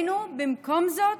במקום זאת,